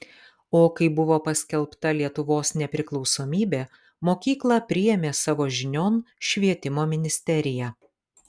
o kai buvo paskelbta lietuvos nepriklausomybė mokyklą priėmė savo žinion švietimo ministerija